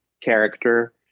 character